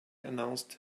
announced